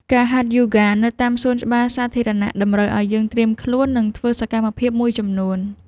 ការហាត់យូហ្គានៅតាមសួនច្បារសាធារណៈ តម្រូវឲ្យយើងត្រៀមខ្លួន និងធ្វើសកម្មភាពមួយចំនួន។